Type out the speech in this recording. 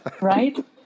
right